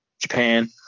Japan